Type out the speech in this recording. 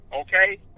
okay